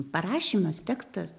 parašymas tekstas